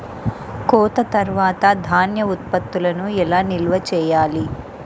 కోత తర్వాత ధాన్య ఉత్పత్తులను ఎలా నిల్వ చేయాలి?